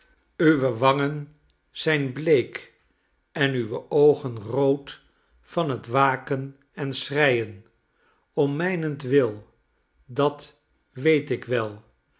uwe wangen zijn bleek en uwe oogen rood van het waken en schreien om mijnentwil dat weet ik wel